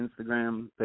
Instagram